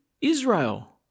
Israel